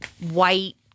white